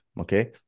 Okay